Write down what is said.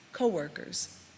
co-workers